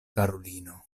karulino